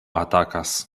atakas